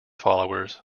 followers